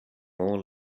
all